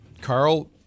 Carl